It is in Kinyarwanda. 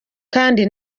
kandi